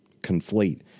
conflate